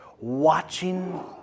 watching